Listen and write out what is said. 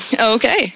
Okay